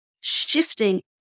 shifting